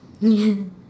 ya